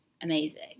amazing